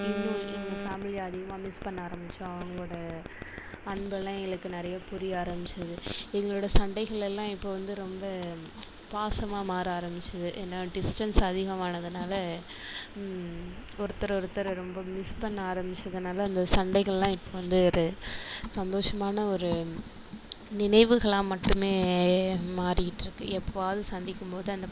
இது வரைக்கும் எங்கள் ஃபேமிலியை அதிகமாக மிஸ் பண்ண ஆரம்பிச்சோம் அவங்களோட அன்பு எல்லாம் எங்களுக்கு நிறையா புரிய ஆரம்பிச்சிது எங்களோட சண்டைகளெல்லாம் இப்போ வந்து ரொம்ப பாசமாக மாற ஆரம்பிச்சிது ஏன்னா டிஸ்டன்ஸ் அதிகமானதுனால ஒருத்தர் ஒருத்தர் ரொம்ப மிஸ் பண்ண ஆரம்பிச்சதுனால அந்த சண்டைகள் எல்லாம் இப்போ வந்து ஒரு சந்தோசமான ஒரு நினைவுகளாக மட்டுமே மாறிக்கிட்டுருக்கு எப்போவாது சந்திக்கும்போது அந்த